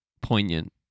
poignant